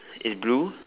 is blue